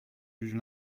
jugent